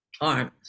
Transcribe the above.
arms